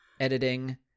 editing